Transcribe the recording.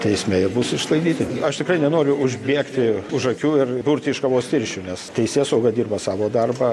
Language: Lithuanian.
teisme jie bus išsklaidyti aš tikrai nenoriu užbėgti už akių ir burti iš kavos tirščių nes teisėsauga dirba savo darbą